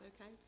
okay